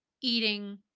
eating